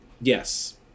Yes